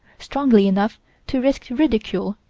strongly enough to risk ridicule,